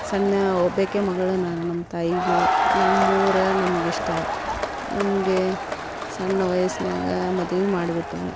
ಸಣ್ಣ ಒಬ್ಬಾಕೆ ಮಗಳು ನಾನು ನಮ್ಮ ತಾಯಿಗೆ ನಮ್ಮ ಊರೇ ನಮ್ಗೆ ಇಷ್ಟ ನಮಗೆ ಸಣ್ಣ ವಯಸ್ಸಾಗ ಮದ್ವೆ ಮಾಡ್ಬಿಟ್ರು